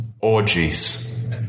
Orgies